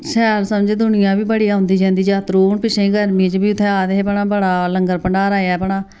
शैल समझो दूनिया बी बड़ी औंदी जंदी जात्तरू हून पिच्छें गर्मियें च बी उ'त्थें आए दे हे भला बड़ा लंगर भंडारा ऐ अपना